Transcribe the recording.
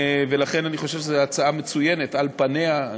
ולכן אני חושב שזאת הצעה מצוינת על פניה.